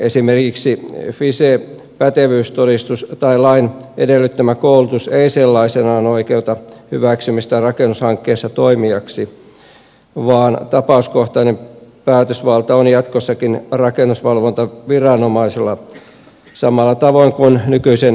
esimerkiksi fise pätevyystodistus tai lain edellyttämä koulutus ei sellaisenaan oikeuta hyväksymistä rakennushankkeessa toimijaksi vaan tapauskohtainen päätösvalta on jatkossakin rakennusvalvontaviranomaisella samalla tavoin kuin nykyisen lain mukaan